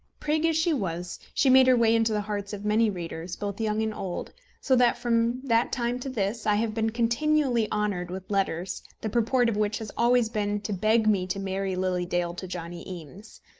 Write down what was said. prig as she was, she made her way into the hearts of many readers, both young and old so that, from that time to this, i have been continually honoured with letters, the purport of which has always been to beg me to marry lily dale to johnny eames.